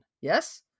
Yes